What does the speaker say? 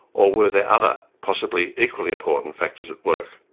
or were there other, possibly equally important factors at work?